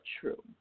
true